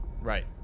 Right